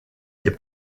est